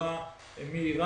בצורה מהירה.